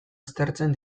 aztertzen